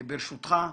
ברשותך,